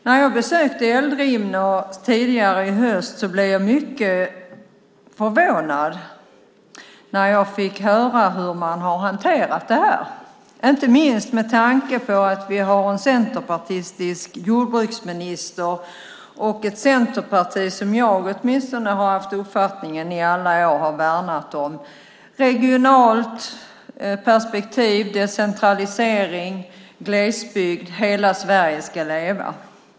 När jag besökte Eldrimner tidigare i höst blev jag mycket förvånad när jag fick höra hur regeringen har hanterat det här, inte minst med tanke på att vi har en centerpartistisk jordbruksminister. Åtminstone jag har i alla år haft uppfattningen att Centerpartiet har värnat om ett regionalt perspektiv, decentralisering, glesbygd och att hela Sverige ska leva.